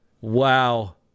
Wow